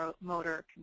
motor